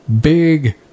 big